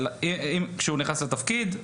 כשהוא נכנס לתפקיד,